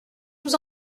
vous